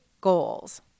goals